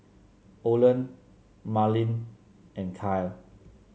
Olen Marlyn and Kyle